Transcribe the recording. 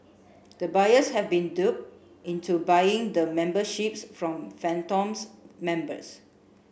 the buyers had been duped into buying the memberships from phantoms members